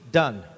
done